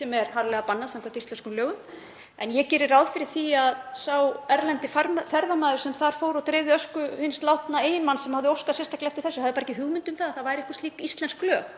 sem er harðlega bannað samkvæmt íslenskum lögum. Ég geri ráð fyrir því að sá erlendi ferðamaður sem þar fór og dreifði ösku hins látna eiginmanns, sem hafði óskað sérstaklega eftir þessu, hafi ekki haft hugmynd um að í gildi væru einhver slík íslensk lög,